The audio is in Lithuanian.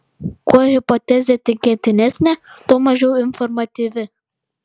kuo hipotezė tikėtinesnė tuo mažiau informatyvi